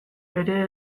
ere